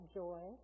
joy